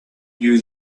you